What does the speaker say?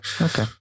okay